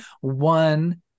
One